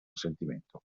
sentimento